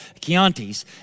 Chianti's